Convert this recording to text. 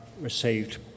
received